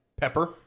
Pepper